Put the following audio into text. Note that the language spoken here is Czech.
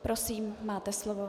Prosím, máte slovo.